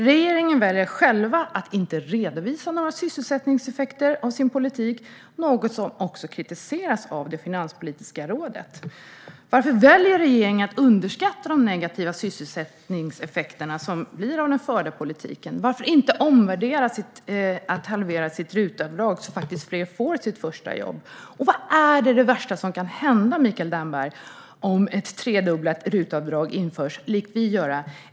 Regeringen väljer själv att inte redovisa några sysselsättningseffekter av sin politik, något som också kritiseras av Finanspolitiska rådet. Varför väljer regeringen att underskatta de negativa sysselsättningseffekter som blir följden av den förda politiken? Varför inte omvärdera beslutet att halvera RUT-avdraget, så att fler får sitt första jobb? Vad är det värsta som kan hända, Mikael Damberg, om ett tredubblat RUT-avdrag införs, som vi vill införa?